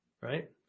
right